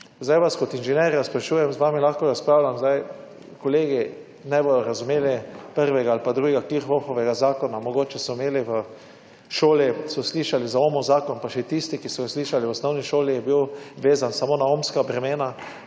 Sedaj vas kot inženirja sprašujem, z vami lahko razpravljam, sedaj kolegi ne bodo razumeli prvega ali pa drugega Kirchoffovega zakona. Mogoče so imeli v šoli so slišali za OMO zakon pa še tisti, ki so ga slišali v osnovni šoli je bil vezan samo na OMSKA bremena.